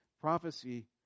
prophecy